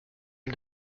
île